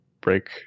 break